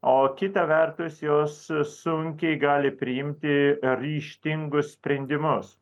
o kitą vertus jos sunkiai gali priimti ryžtingus sprendimus